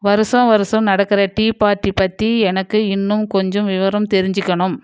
வருஷம் வருஷம் நடக்கிற டீ பார்ட்டி பற்றி எனக்கு இன்னும் கொஞ்சம் விவரம் தெரிஞ்சுக்கணும்